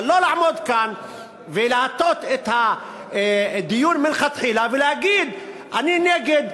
אבל לא לעמוד כאן ולהטות את הדיון מלכתחילה ולהגיד: אני נגד,